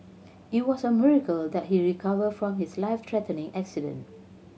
it was a miracle that he recovered from his life threatening accident